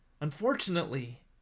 Unfortunately